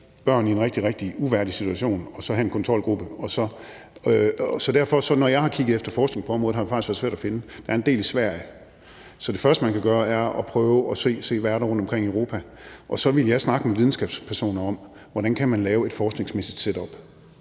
børn i en rigtig, rigtig uværdig situation og så have en kontrolgruppe. Så når jeg har kigget efter forskning på området, har det derfor været svært at finde. Der er en del i Sverige. Så det første, man kan gøre, er at se, hvad der er rundtomkring i Europa, og så ville jeg snakke med videnskabspersoner om, hvordan man kan lave et forskningsmæssigt setup,